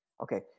Okay